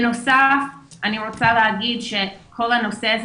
בנוסף אני רוצה להגיד שכל הנושא הזה